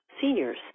seniors